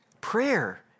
Prayer